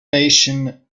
nation